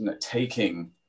taking